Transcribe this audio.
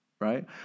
right